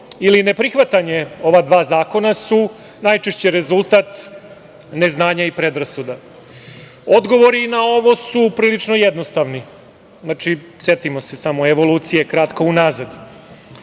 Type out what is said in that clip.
ili neprihvatanje ova dva zakona su najčešće rezultat neznanja i predrasuda. Odgovori na ovo su prilično jednostavni. Znači, setimo se samo evolucije kratko unazad.